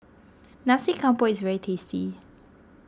Nasi Campur is very tasty